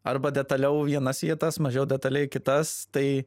arba detaliau vienas vietas mažiau detaliai kitas tai